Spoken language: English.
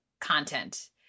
content